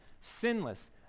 sinless